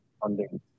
funding